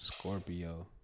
Scorpio